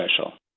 special